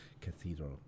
Cathedral